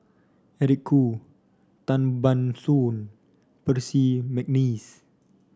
Eric Khoo Tan Ban Soon Percy McNeice